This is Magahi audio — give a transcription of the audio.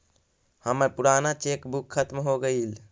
हमर पूराना चेक बुक खत्म हो गईल